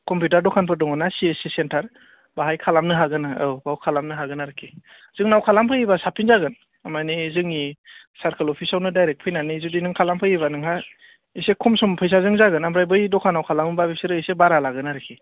computer दखानफोर दङना C S P center बाहाय खालामनो हागोन नोङो औ बाव खालामनो हागोन आरखि जोंनाव खालाम फैयोब्ला साबसिन जागोन मानि जोंनि सारकोल अफिसावनो डाइरेक्ट फैनानै जुदि नों खालामफैयोब्ला नोंहा एसे खम सम फैसाजों जागोन ओमफ्राय बै दखानाव खालामोब्ला बिसोर एसे बारा लागोन आरखि